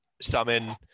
summon